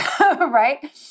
Right